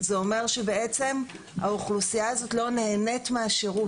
זה אומר שהאוכלוסיה הזאת בעצם לא נהנית מהשירות.